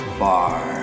far